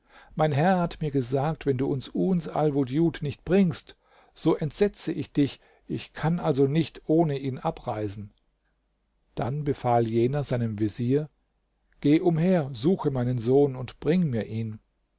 mein herr hat mir gesagt wenn du uns alwudjud nicht bringst so entsetze ich dich ich kann also nicht ohne ihn abreisen dann befahl jener seinem vezier geh umher suche meinen sohn und bring mir ihn